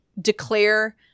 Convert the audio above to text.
declare